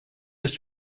ist